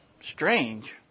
strange